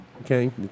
Okay